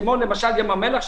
כמו למשל בים המלח,